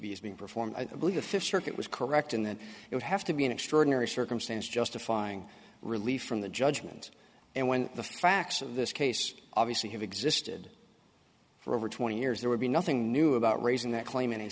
vs being performed i believe the fish circuit was correct in that it would have to be an extraordinary circumstance justifying relief from the judgment and when the facts of this case obviously have existed for over twenty years there would be nothing new about raising that claim in